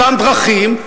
אותן דרכים,